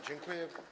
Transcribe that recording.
Dziękuję.